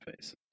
face